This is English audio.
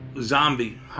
zombie